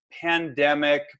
pandemic